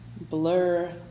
Blur